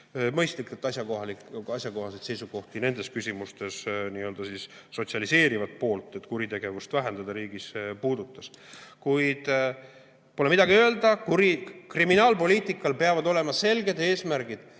mõistlikult asjakohaseid seisukohti nendes küsimustes, n‑ö sotsialiseerivat poolt, et kuritegevust riigis vähendada. Kuid pole midagi öelda, kriminaalpoliitikal peavad olema selged eesmärgid.